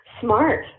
smart